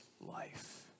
life